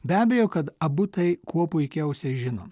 be abejo kad abu tai kuo puikiausiai žino